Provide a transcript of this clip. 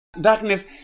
darkness